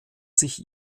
sich